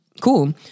cool